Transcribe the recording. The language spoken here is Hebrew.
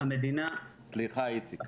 סליחה, איציק.